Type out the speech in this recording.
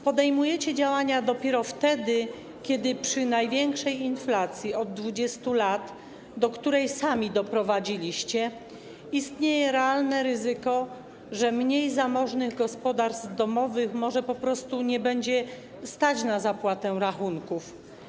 Podejmujecie działania dopiero wtedy, kiedy przy największej inflacji od 20 lat, do której sami doprowadziliście, istnieje realne ryzyko, że mniej zamożnych gospodarstw domowych może po prostu nie będzie stać na zapłatę rachunków.